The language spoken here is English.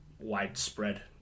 widespread